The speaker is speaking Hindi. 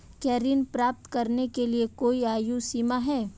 क्या ऋण प्राप्त करने के लिए कोई आयु सीमा है?